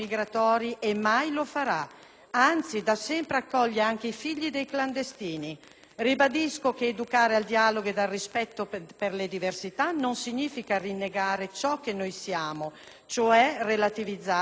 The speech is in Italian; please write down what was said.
anzi, da sempre accoglie anche i figli dei clandestini. Ribadisco che educare al dialogo ed al rispetto per le diversità non significa rinnegare ciò che noi siamo, cioè relativizzare i valori della nostra cultura.